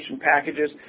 packages